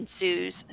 ensues